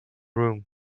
room